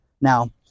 Now